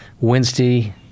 Wednesday